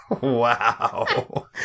wow